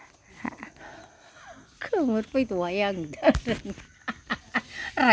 खोमोरफैद'हाय